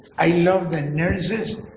i love the nurses.